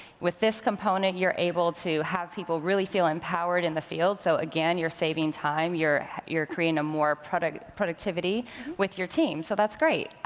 with this component, you're able to have people really feel empowered in the field. so again, you're saving time, you're you're creating more productivity with your team, so that's great.